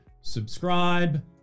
subscribe